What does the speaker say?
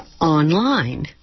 online